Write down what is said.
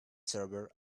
server